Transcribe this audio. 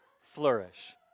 flourish